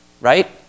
right